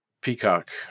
peacock